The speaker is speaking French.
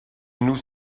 nous